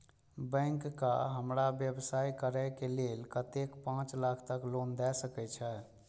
Bank का हमरा व्यवसाय करें के लेल कतेक पाँच लाख तक के लोन दाय सके छे?